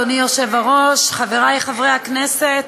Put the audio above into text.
אדוני היושב-ראש, חברי חברי הכנסת,